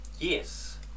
Yes